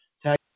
Tag